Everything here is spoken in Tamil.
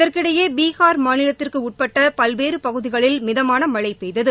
இதற்கிடையே பீகார் மாநிலத்திற்கு உட்பட்ட பல்வேறு பகுதிகளில் மிதமான மழை பெய்தது